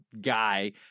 guy